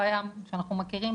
הבעיה שאנחנו מכירים,